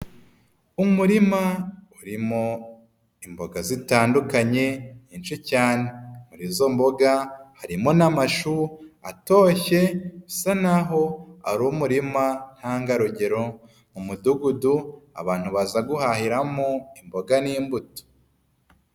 Umurima urimo imboga zitandukanye, nyinshi cyane. Muri izo mboga harimo n'amashu atoshye asa naho ari umurima ntangarugero mu mudugudu abantu baza guhahiramo imboga n'imbuto.